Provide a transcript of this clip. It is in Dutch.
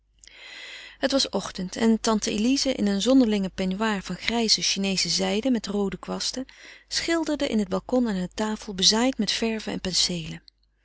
het was ochtend en tante elize in een zonderlingen peignoir van grijze chineesche zijde met roode kwasten schilderde in het balcon aan een tafel bezaaid met verven en penseelen